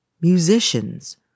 musicians